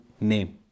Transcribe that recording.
name